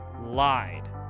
lied